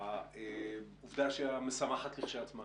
העובדה המשמחת כשלעצמה,